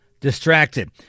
distracted